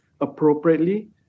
appropriately